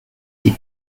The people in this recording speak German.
die